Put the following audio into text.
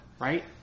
right